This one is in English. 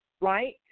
right